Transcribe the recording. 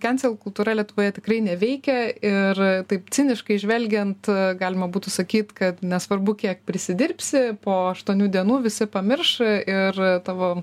kancel kultūra lietuvoje tikrai neveikia ir taip ciniškai žvelgiant galima būtų sakyt kad nesvarbu kiek prisidirbsi po aštuonių dienų visi pamirš ir tavo